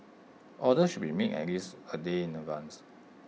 orders should be made at least A day in advance